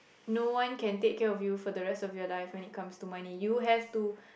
no one can take care of you for the rest of your life when it comes to money you have to